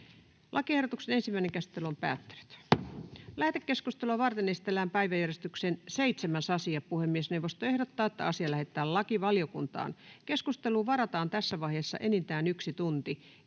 - kielletään eheytyshoidot Time: N/A Content: Lähetekeskustelua varten esitellään päiväjärjestyksen 7. asia. Puhemiesneuvosto ehdottaa, että asia lähetetään lakivaliokuntaan. Keskusteluun varataan tässä vaiheessa enintään yksi tunti.